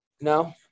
No